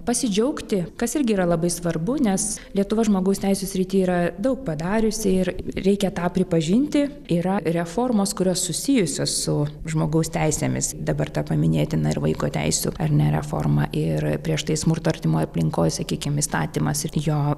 pasidžiaugti kas irgi yra labai svarbu nes lietuva žmogaus teisių srityje yra daug padariusi ir reikia tą pripažinti yra reformos kurios susijusios su žmogaus teisėmis dabar ta paminėtina ir vaiko teisių ar ne reforma ir prieš tai smurto artimoj aplinkoj sakykim įstatymas ir jo